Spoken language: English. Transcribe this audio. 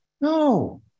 No